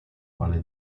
quale